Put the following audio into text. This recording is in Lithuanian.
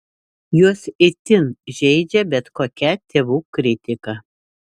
juos itin žeidžia bet kokia tėvų kritika